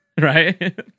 right